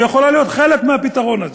היא יכולה להיות חלק מהפתרון הזה.